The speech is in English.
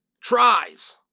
tries